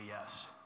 yes